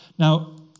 Now